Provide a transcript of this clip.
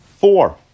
Four